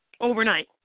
overnight